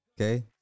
Okay